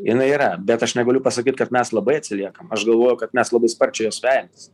jinai yra bet aš negaliu pasakyt kad mes labai atsiliekam aš galvoju kad mes labai sparčiai juos vejamės